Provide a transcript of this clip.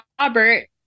robert